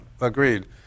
agreed